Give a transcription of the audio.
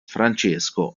francesco